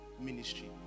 ministry